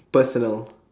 personal